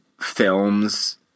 films